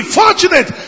fortunate